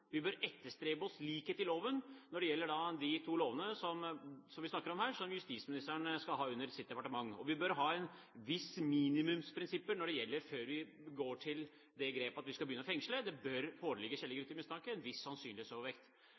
Vi bør etterstrebe likhet i loven når det gjelder de to lovene som vi snakker om her, som justisministeren skal ha under sitt departement. Vi bør ha visse minimumsprinsipper før vi går til det grep at vi skal begynne å fengsle. Det bør foreligge skjellig grunn til mistanke og en viss sannsynlighetsovervekt.